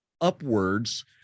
upwards